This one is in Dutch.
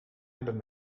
hebben